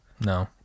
No